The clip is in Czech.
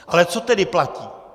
Ale co tedy platí?